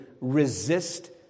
resist